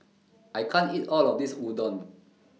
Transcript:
I can't eat All of This Udon